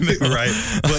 Right